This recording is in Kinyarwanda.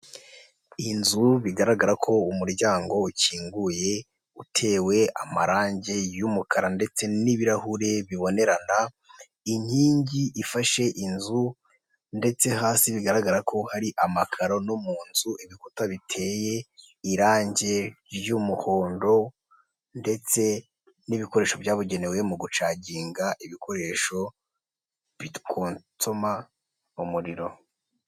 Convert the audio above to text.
Iyi nzu bigaragara ko umuryango ukinguye utewe amarangi y'umukara ndetse n'ibirahuri bibonerana, inkingi ifashe inzu ndetse hasi bigaragara ko hari amakaro ,no mu nzu ibikuta biteye irangi ry'umuhondo ndetse n'ibikoresho byabugenewe mu gucagiga ibikoresho bikonsoma umuriro.